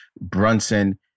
Brunson